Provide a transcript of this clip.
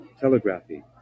telegraphy